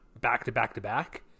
back-to-back-to-back